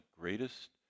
greatest